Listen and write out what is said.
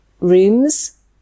rooms